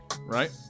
right